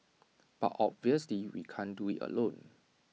but obviously we can't do IT alone